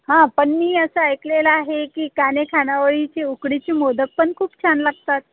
हां पण मी असं ऐकलेलं आहे की कान्हे खानावळीचे उकडीचे मोदक पण खूप छान लागतात